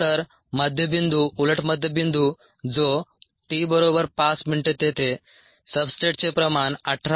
तर मध्य बिंदू उलट मध्य बिंदू जो t बरोबर 5 मिनिटे तेथे सब्सट्रेटचे प्रमाण 18